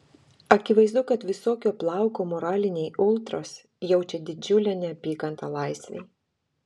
akivaizdu kad visokio plauko moraliniai ultros jaučia didžiulę neapykantą laisvei